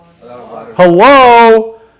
Hello